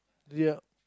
ya